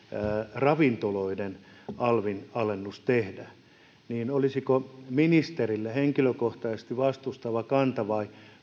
ravintoloiden alvin alennuksen tehdä niin olisiko ministerillä henkilökohtaisesti vastustava kanta vai